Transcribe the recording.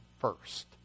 first